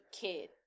kid